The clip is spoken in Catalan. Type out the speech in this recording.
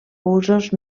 usos